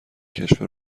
کشف